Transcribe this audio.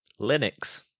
Linux